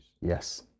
Yes